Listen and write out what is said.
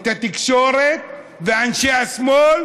את התקשורת ואנשי השמאל,